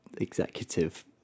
executive